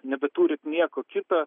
nebeturit nieko kito